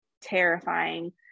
terrifying